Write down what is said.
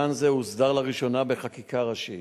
בסימן זה הוסדר לראשונה בחקיקה ראשית